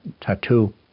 tattoo